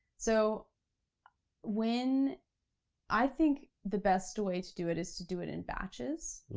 so when i think the best way to do it is to do it in batches.